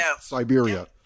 Siberia